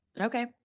Okay